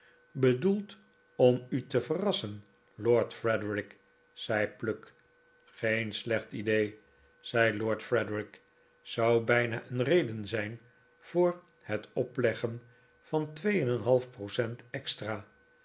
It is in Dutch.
bedoeld om u te verrassen lord frederik zei pluck geen slecht idee zei lord frederik zou bijna een reden zijn voor het opleggen van twee en een half percent extra